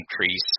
increase